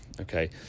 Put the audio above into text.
Okay